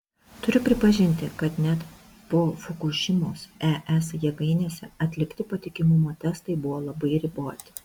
turiu pripažinti kad net po fukušimos es jėgainėse atlikti patikimumo testai buvo labai riboti